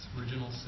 Original